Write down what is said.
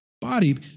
body